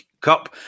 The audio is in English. Cup